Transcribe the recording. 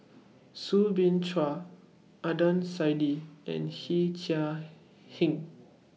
Soo Bin Chua Adnan Saidi and Yee Chia Hsing